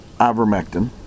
ivermectin